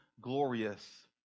glorious